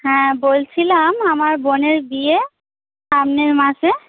হ্যাঁ বলছিলাম আমার বোনের বিয়ে সামনের মাসে